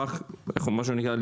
מה שנקרא,